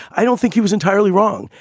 i don't think he was entirely wrong.